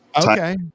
Okay